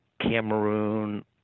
Cameroon